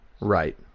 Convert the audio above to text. Right